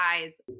guys